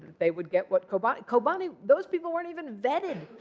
they would get what kobani kobani those people weren't even vetted.